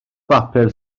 bapur